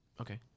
Okay